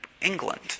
England